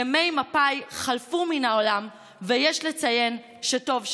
ימי מפא"י חלפו מן העולם, ויש לציין שטוב שכך.